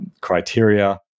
Criteria